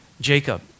Jacob